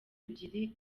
ebyiri